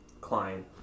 Klein